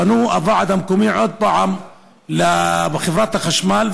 פנה הוועד המקומי עוד פעם לחברת החשמל,